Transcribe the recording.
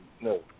no